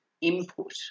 input